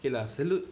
okay lah salute